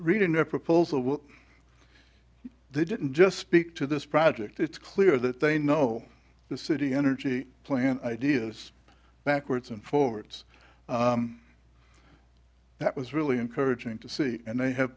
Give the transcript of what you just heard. what they didn't just speak to this project it's clear that they know the city energy plan ideas backwards and forwards that was really encouraging to see and they have